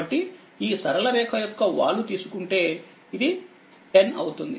కాబట్టిఈసరళ రేఖయొక్క వాలు తీసుకుంటే ఇది 10 అవుతుంది